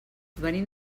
venim